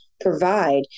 provide